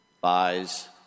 buys